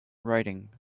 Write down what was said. writing